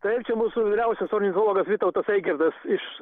taip čia mūsų vyriausias ornitologas vytautas eigirdas iš